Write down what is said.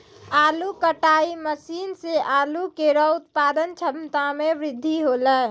आलू कटाई मसीन सें आलू केरो उत्पादन क्षमता में बृद्धि हौलै